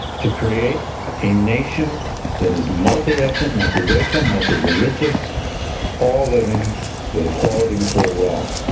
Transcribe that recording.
to create a nation that is multiethnic, multiracial, multireligious all living with a quality before law.